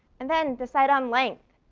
and then decide on length.